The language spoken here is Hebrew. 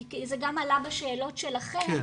זה גם עלה בשאלות שלכם,